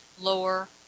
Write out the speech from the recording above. lower